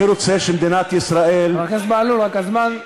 אני רוצה שבמדינת ישראל, זוהיר, נגמר הזמן.